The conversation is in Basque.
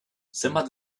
zenbat